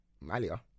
malia